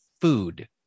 food